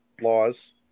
laws